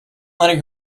letting